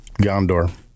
gondor